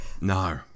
No